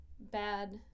bad